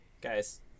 guys